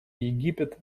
египет